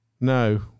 No